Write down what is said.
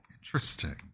interesting